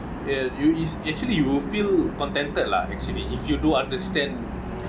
ya you is actually you will feel contented lah actually if you do understand